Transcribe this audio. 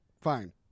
fine